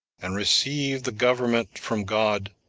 and received the government from god,